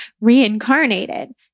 reincarnated